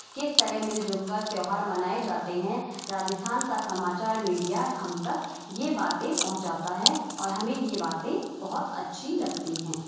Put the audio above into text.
किस तरह मिल जुल कर त्योहार मनाए जाते हैं राजस्थान का समाचार मीडिया हम तक यह बातें पहुँचता है और हमें यह बातें बहुत अच्छी लगती हैं